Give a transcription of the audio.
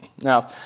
Now